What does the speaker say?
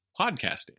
podcasting